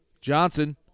Johnson